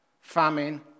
famine